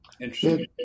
interesting